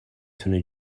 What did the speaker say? تونه